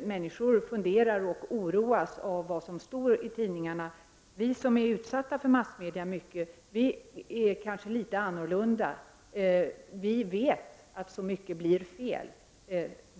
människor funderar över och oroas av vad som står i tidningarna. Vi som är utsatta för massmedia i mångt och mycket är kanske litet annorlunda. Vi vet att så mycket blir fel.